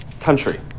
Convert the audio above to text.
country